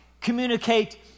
communicate